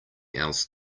else